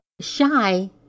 Shy